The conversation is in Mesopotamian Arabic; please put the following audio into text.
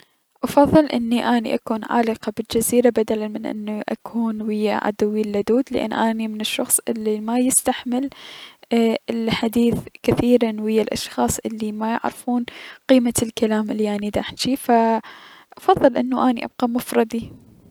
افضل اني اكون عالقة بالجزيرة وحدي بدلا من اني اكون ويا عدوي اللدود لأن اني من نوع الشخص الي ما يستحمل الحديث كثيرا مع الأشخاص الي ميعرفون قيمة الكلام الي داحجيه، فأفضل انو اكون مفردي.